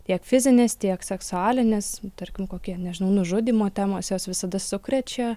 tiek fizinis tiek seksualinis tarkim kokie nežinau nužudymo temos jos visada sukrečia